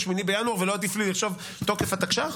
הפסוק אומר: "עת צרה,